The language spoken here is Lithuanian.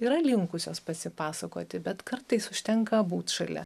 yra linkusios pasipasakoti bet kartais užtenka būt šalia